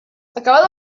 acabada